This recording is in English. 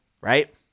right